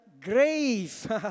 grave